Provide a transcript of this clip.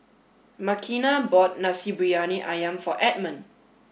Makena bought Nasi Briyani Ayam for Edmond